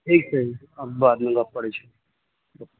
ठीक छै बाद मे गप करै छी